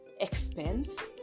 expense